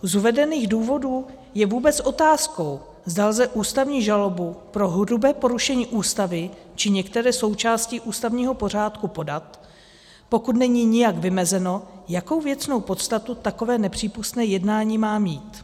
Z uvedených důvodů je vůbec otázkou, zda lze ústavní žalobu pro hrubé porušení Ústavy či některé součásti ústavního pořádku podat, pokud není nijak vymezeno, jakou věcnou podstatu takové nepřípustné jednání má mít.